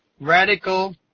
radical